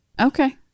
Okay